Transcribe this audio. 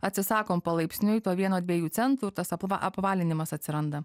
atsisakom palaipsniui to vieno dviejų centų ir tas apva apvalinimas atsiranda